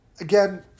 again